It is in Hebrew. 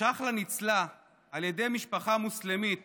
צ'חלה ניצלה על ידי משפחה מוסלמית